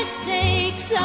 Mistakes